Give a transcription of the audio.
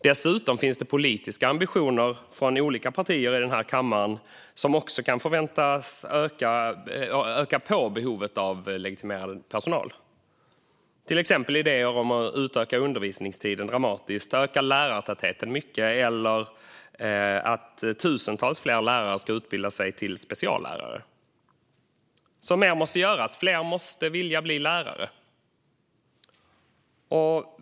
Dessutom finns det politiska ambitioner från olika partier i den här kammaren som kan förväntas öka behovet av legitimerad personal, till exempel idéer om att utöka undervisningstiden dramatiskt och öka lärartätheten mycket, eller om att tusentals fler lärare ska utbilda sig till speciallärare. Mer måste alltså göras, för fler måste vilja bli lärare.